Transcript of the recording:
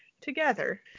together